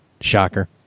shocker